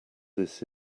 this